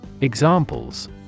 Examples